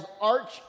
arch